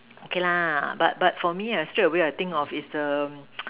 okay lah but but for me ah straight away I think of is the